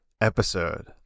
episode